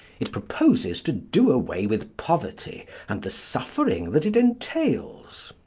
it proposes to do away with poverty and the suffering that it entails.